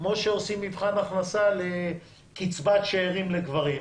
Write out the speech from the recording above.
כמו שעושים מבחן הכנסה לקצבת שארים לגברים,